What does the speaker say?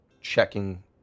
checking